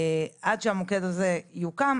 עד שהמוקד הזה יוקם,